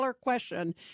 question